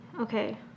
okay